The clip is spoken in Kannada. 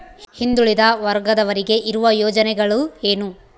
ಹಿಂದುಳಿದ ವರ್ಗದವರಿಗೆ ಇರುವ ಯೋಜನೆಗಳು ಏನು?